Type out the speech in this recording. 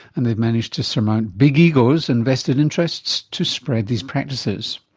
and they've managed to surmount big egos and vested interests to spread these practices.